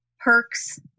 Perk's